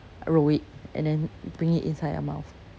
roll it and then bring it inside their mouth